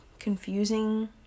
confusing